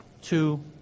two